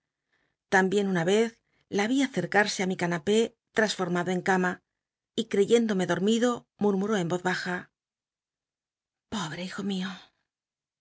tambicn una vez la vi acercarse á mi canapé trasfotmado en cama y c t'cyéndomc dormido mut muró en voz baja pobre hijo mio